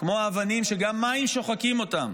כמו האבנים שגם מים שוחקים אותן.